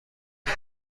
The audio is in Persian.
چیز